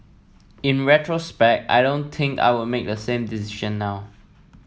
in retrospect I don't think I would make a same decision now